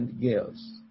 Girls